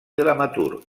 dramaturg